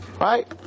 Right